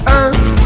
earth